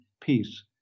peace